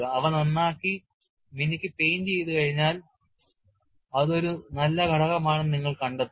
അവ നന്നാക്കി മിനുക്കി പെയിന്റ് ചെയ്തുകഴിഞ്ഞാൽ അത് ഒരു നല്ല ഘടകമാണെന്ന് നിങ്ങൾ കണ്ടെത്തും